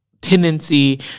tendency